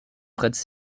prêtent